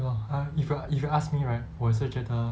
对 lor err if you if you ask me right 我也是觉得